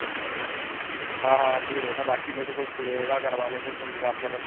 के ऐसा है ना हाँ हाँ आप भी रहना बाकी मेरे को कुछ रहेगा करवाने को तो उस हिसाब से अपन